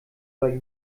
bei